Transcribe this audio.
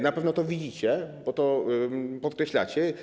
Na pewno to widzicie, bo to podkreślacie.